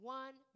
one